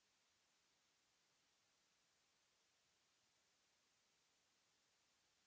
Merci